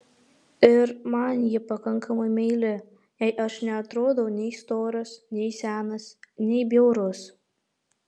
ir man ji pakankamai meili jai aš neatrodau nei storas nei senas nei bjaurus